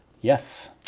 Yes